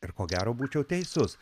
ir ko gero būčiau teisus